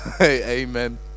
Amen